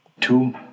Two